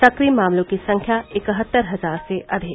सक्रिय मामलों की संख्या इकहत्तर हजार से अधिक